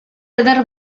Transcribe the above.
eder